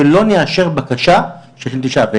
ולא נאשר בקשה של נטישה.